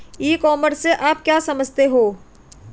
ई commerce से आप क्या समझते हो?